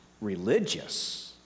religious